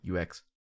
UX